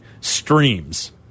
streams